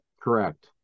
correct